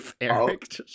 Eric